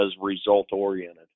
result-oriented